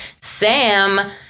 Sam